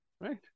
Right